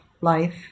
life